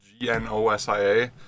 G-N-O-S-I-A